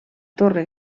torre